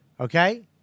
Okay